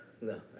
no